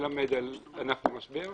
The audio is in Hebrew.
שמלמד על ענף במשבר,